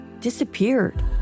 disappeared